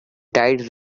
tide